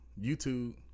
YouTube